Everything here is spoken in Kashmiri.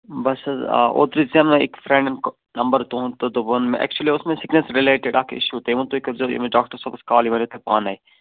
بَس حظ آ اوترٕ دِژام نا أکۍ فرٛٮ۪نٛڈن نمبر تُہُنٛد تہٕ دوٚپُن مےٚ ایٚکچُؤلی اوس مےٚ سِکنَس رِلیٹِڈ اَکھ اِشوٗ تٔمۍ ووٚن تُہۍ کٔرۍزیٚو یٔمِس ڈاکٹر صٲبَس کال یہِ وَنوٕ تۄہہِ پانَے